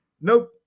Nope